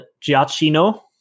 Giacchino